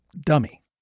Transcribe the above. Dummy